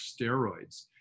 steroids